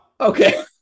okay